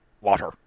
water